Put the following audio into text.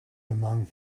among